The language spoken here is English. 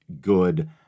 good